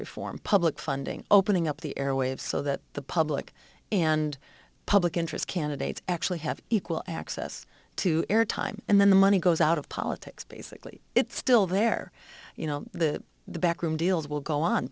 reform public funding opening up the airwaves so that the public and public interest candidates actually have equal access to air time and then the money goes out of politics basically it's still there you know the backroom deals will go on